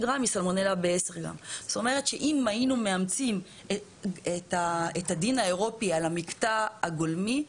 זאת אומרת שאם היינו מאמצים את הדין האירופי על המקטע הגולמי,